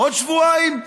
עוד שבועיים?